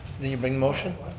do you bring motion?